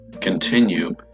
continue